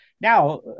Now